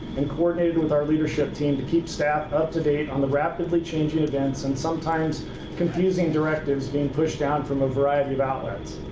and coordinated with our leadership team to keep staff up to date on the rapidly changing events, and sometimes confusing directives being pushed down from a variety of outlets.